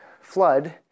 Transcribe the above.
flood